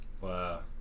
Wow